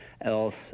else